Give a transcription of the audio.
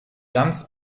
ganz